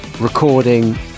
recording